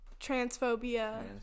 transphobia